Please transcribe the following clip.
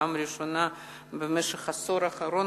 ובפעם הראשונה בעשור האחרון,